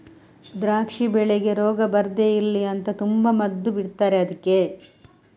ದ್ರಾಕ್ಷಿ ಬೆಳೆಗೆ ರೋಗ ಬರ್ದೇ ಇರ್ಲಿ ಅಂತ ತುಂಬಾ ಮದ್ದು ಬಿಡ್ತಾರೆ ಅದ್ಕೆ